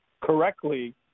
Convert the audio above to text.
correctly